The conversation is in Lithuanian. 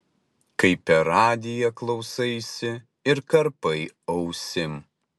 kai per radiją klausaisi ir karpai ausim